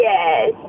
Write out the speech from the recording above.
Yes